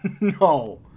No